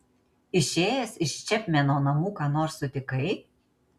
išėjęs iš čepmeno namų ką nors sutikai